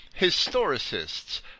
historicists